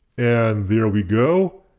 and there we go.